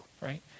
right